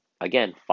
Again